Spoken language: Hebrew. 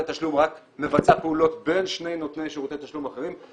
התשלום רק מבצע פעולות בין שני נותני שירותי תשלום אחרים.